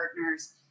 partners